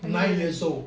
nine years old